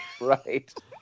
Right